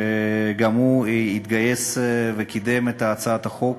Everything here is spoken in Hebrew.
שגם הוא התגייס וקידם את הצעת החוק.